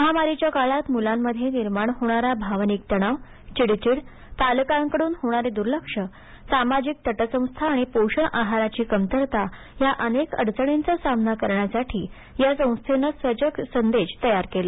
महामारीच्या काळात मुलांमध्ये निर्माण होणारा भावनिक तणाव चिडचिड पालकांकडून होणारे दुर्लक्ष सामाजिक तटस्थता आणि पोषण आहाराची कमतरता या अनेक अडचणींचा सामना करण्यासाठी या संस्थेनं सजग संदेश तयार केले